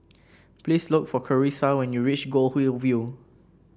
please look for Charissa when you reach Goldhill View